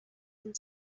and